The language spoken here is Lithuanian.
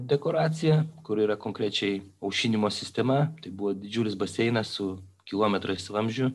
dekoraciją kur yra konkrečiai aušinimo sistema tai buvo didžiulis baseinas su kilometrais vamzdžių